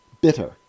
bitter